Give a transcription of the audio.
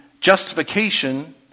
justification